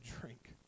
drink